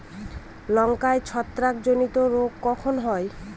লঙ্কায় ছত্রাক জনিত রোগ কখন হয়?